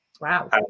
Wow